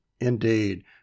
Indeed